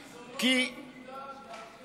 מיקי, זה לא תפקידן.